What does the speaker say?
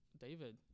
David